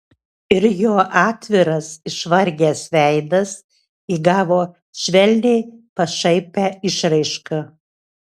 ir jo atviras išvargęs veidas įgavo švelniai pašaipią išraišką